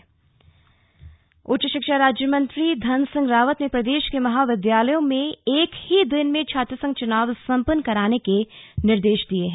छात्रसंघ चुनाव उच्च शिक्षा राज्यमंत्री धनसिंह रावत ने प्रदेश के महाविद्यालयों में एक ही दिन में छात्रसंघ चुनाव सम्पन्न कराने के निर्देश दिए हैं